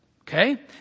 Okay